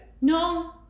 No